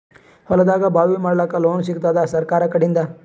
ಹೊಲದಾಗಬಾವಿ ಮಾಡಲಾಕ ಲೋನ್ ಸಿಗತ್ತಾದ ಸರ್ಕಾರಕಡಿಂದ?